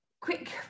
quick